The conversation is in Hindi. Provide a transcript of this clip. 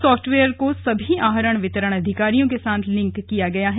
साफ्टवेयर को सभी आहरण वितरण अधिकारियों के साथ लिंक किया गया है